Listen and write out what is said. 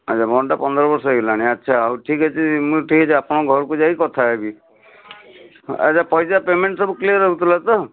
ଆଚ୍ଛା ବଣ୍ଡ୍ଟା ପନ୍ଦର ବର୍ଷ ହେଇଗଲାଣି ଆଚ୍ଛା ହଉ ଠିକ୍ ଅଛି ମୁଁ ଠିକ୍ ଅଛି ଆପଣଙ୍କ ଘରକୁ ଯାଇ କଥା ହେବି ଆଚ୍ଛା ପଇସା ପେମେଣ୍ଟ ସବୁ କ୍ଲିୟର ହେଉଥିଲା ତ